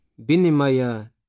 binimaya